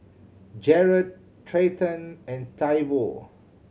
Jarred Treyton and Toivo